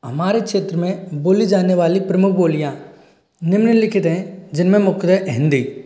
हमारे क्षेत्र में बोली जाने वाली प्रमुख बोलियाँ निम्नलिखित हैं जिनमें में मुख्यतः हिंदी